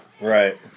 right